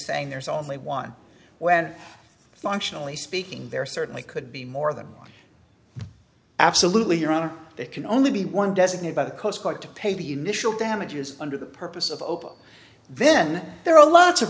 saying there's only one when functionally speaking there certainly could be more than absolutely your honor that can only be one designate by the coast guard to pay the initial damages under the purpose of open then there are lots of